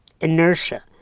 inertia